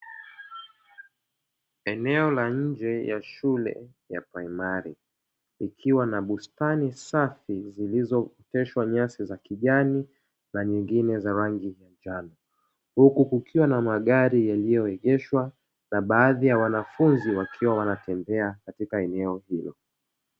Eneo la nje ya shule ya praimari, likiwa na bustani safi zilizo oteshwa nyasi za kijani na nyingine za rangi ya njano, huku kukiwa na magari yaliyo engeshwa na baadhi ya wanafunzi wakiwa wanatembea katika eneo hilo.